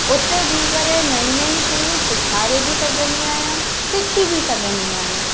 उते बीह करे नयूं नयूं शयूं सेखारे बि सघंदी आहियां सिखी बि सघंदी आहियां